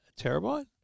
terabyte